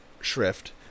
shrift